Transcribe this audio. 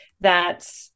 that-